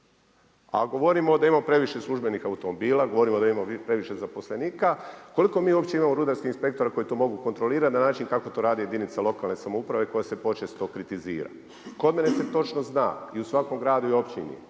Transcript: a govorimo da imamo previše službenih automobila, govorimo da imamo previše zaposlenika. Koliko mi uopće imamo rudarskih inspektora koji to mogu kontrolirati na način kako to rade jedinica lokalne samouprave koja se počesto kritizira. Kod mene se točno zna i u svakom gradu i općini